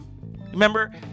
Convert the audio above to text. remember